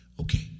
Okay